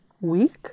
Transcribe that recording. week